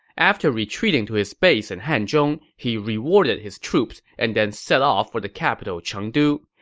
after retreating to his base in hanzhong, he rewarded his troops and then set off for the capital chengdu.